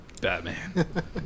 Batman